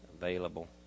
available